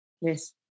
Yes